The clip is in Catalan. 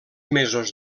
mesos